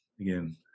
Again